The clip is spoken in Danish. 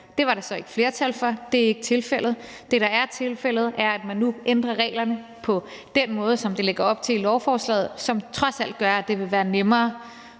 Det var der så ikke flertal for, det er ikke tilfældet. Det, der er tilfældet, er, at man nu ændrer reglerne på den måde, som der er lagt op til i lovforslaget, og som trods alt gør, at det vil være nemmere